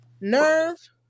nerve